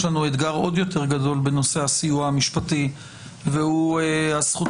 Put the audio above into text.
יש לנו אתגר עוד יותר גדול בנושא הסיוע המשפטי והוא הזכות